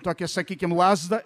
tokią sakykim lazdą